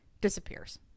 disappears